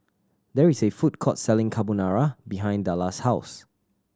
there is a food court selling Carbonara behind Dallas' house